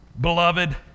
beloved